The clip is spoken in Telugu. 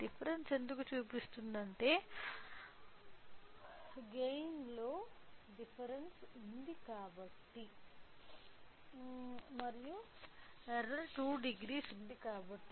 డిఫరెన్స్ ఎందుకు చుపిస్తుందంటే గైన్ లో డిఫరెన్స్ వుంది కాబట్టి మరియు ఎర్రర్ 20 వుంది కాబట్టి